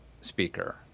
speaker